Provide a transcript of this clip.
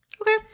Okay